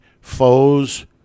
foes